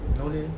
no leh